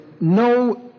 no